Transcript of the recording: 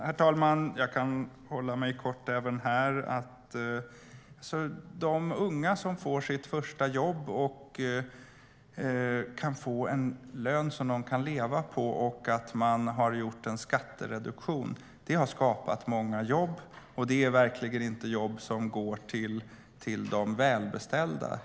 Herr talman! Jag kan hålla mig kort även här. De handlar om unga som får sitt första jobb och kan få en lön som de kan leva på. Att man har gjort en skattereduktion har skapat många jobb, och det är verkligen inte jobb som går till de välbeställda.